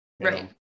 Right